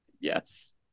Yes